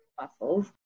muscles